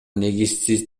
негизсиз